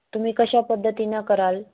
तुम्ही कशा पद्धतीने कराल